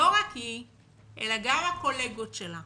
לא רק היא, אלא גם הקולגות שלה